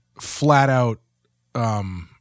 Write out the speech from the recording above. flat-out